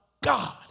God